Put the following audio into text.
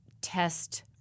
test